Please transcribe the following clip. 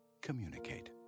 Communicate